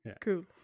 Cool